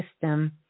system